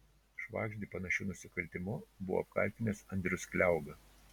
švagždį panašiu nusikaltimu buvo apkaltinęs andrius kliauga